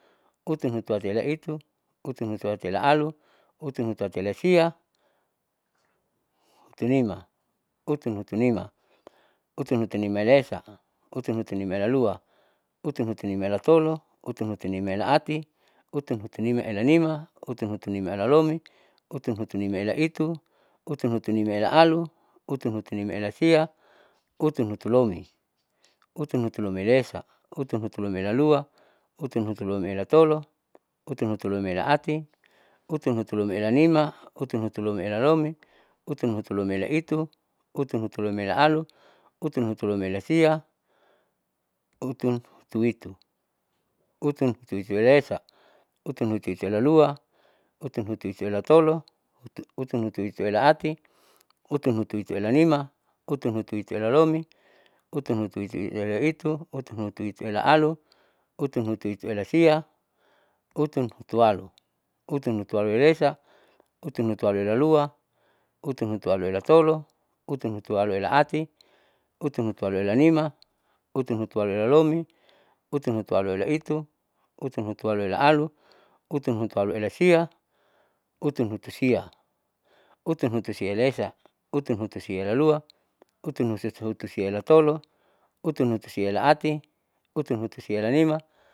Utunhutuatiela itu, utunhutuatiela alu, utunhutuatiela sia, utunnima, utunhutunima, utunhutunimaela esa, utunhutunimaela lua, utunhutunimaela tolo, utunhutunimaela ati, utunhutunimaela nima, utunhutunimaela lomi, utunhutunimaela itu, utunhutunimaela alu, utunhutunimaela sia, utunhutulomi, utunhutulomiela esa, utunhutulomiela lua, utunhutulomiela tolo, utunhutulomiela ati, utunhutulomiela nima, utunhutulomiela lomi, utunhutulomiela itu, utunhutulomiela alu, utunhutulomiela sia, utunhutuitu, utunhutuituela esa, utunhutuituela lua, utunhutuituela tolo, utunhutuituela ati, utunhutuituela nima, utunhutuituela lomi, utunhutuituela itu, utunhutuituela alu, utunhutuituela sia, utunhutualu, utunhutualuela esa, utunhutualuela lua, utunhutualuela tolo, utunhutualuela ati, utunhutualuela nima, utunhutualuela lomi, utunhutualuela itu, utunhutualuela alu, utunhutualuela sia, utunhutusia, utunhutusiaela esa, utunhutusiaela lua, utunhutusiaela tolo, utunhutusiaela ati, utunhutusiaela nima.